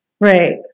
right